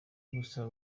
gusa